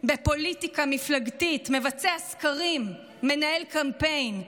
בפוליטיקה מפלגתית, מבצע סקרים, מנהל קמפיין.